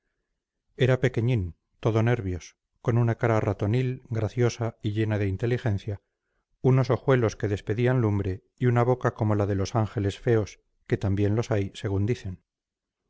era pequeñín todo nervios con una cara ratonil graciosa y llena de inteligencia unos ojuelos que despedían lumbre y una boca como la de los ángeles feos que también los hay según dicen